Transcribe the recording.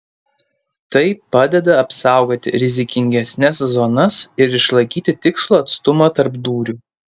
tai padeda apsaugoti rizikingesnes zonas ir išlaikyti tikslų atstumą tarp dūrių